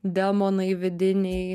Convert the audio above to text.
demonai vidiniai